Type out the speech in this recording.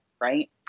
right